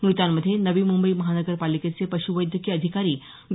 मृतांमध्ये नवी मुंबई महानगरपालिकेचे पशुवैद्यकीय अधिकारी डॉ